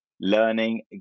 learning